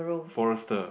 Forester